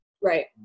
right